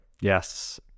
Yes